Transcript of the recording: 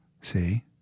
See